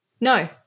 No